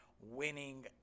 winning –